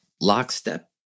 lockstep